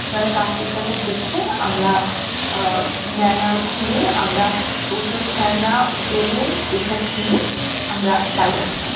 সেখানে কার্তিক ঠাকুর দেখে আমরা মেলা ঘুরে আমরা প্রচুর খেলনা বেলুন এইসব কিনে আমরা বাড়ি আসতাম